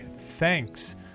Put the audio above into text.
thanks